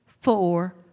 four